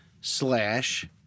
slash